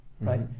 right